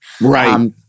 right